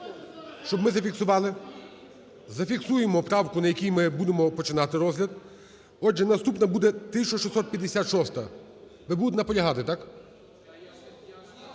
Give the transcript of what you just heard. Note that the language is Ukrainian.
щоб ми зафіксували. Зафіксуємо правку, на якій ми будемо починати розгляд. Отже, наступна буде 1656. Ви будете наполягати, так?